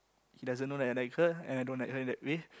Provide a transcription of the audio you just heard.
he doesn't know that I like her and I don't like her in that way